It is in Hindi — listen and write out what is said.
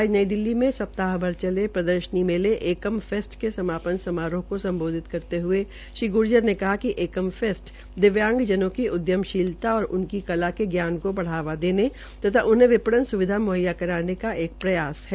आज नई दिल्ली में सप्ताह से चल रहे प्रदर्शनी मेले एकम फेस्ट के समापन समारोह को सम्बोधित करते हये श्री ग्र्जर ने कहा कि एकम फेस्ट दिव्यागजनों की उद्यमशीतला और उनकी कला के ज्ञान को बढ़ावा देने तथा उन्हें विपणन सुविधा मुहैया कराने के एक प्रयास है